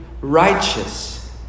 righteous